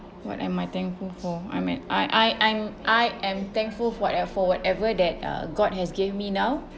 what am I thankful for I mean I I I'm I am thankful for ev~ for whatever that uh god has gave me now